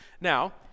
Now